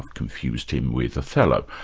confused him with othello.